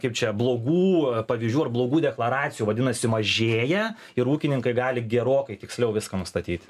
kaip čia blogų pavyzdžių ar blogų deklaracijų vadinasi mažėja ir ūkininkai gali gerokai tiksliau viską nustatyti